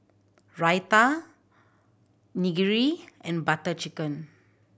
Raita Onigiri and Butter Chicken